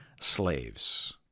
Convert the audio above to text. slaves